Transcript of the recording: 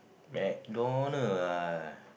McDonald ah